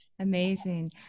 Amazing